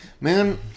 man